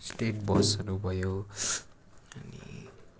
state बसहरू भयो